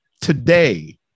today